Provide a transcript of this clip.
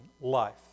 life